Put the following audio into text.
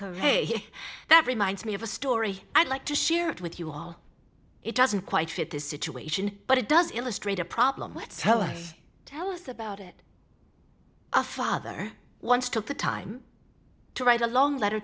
hey that reminds me of a story i'd like to share it with you all it doesn't quite fit the situation but it does illustrate a problem with tell us tell us about it a father once took the time to write a long letter